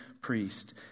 priest